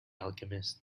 alchemist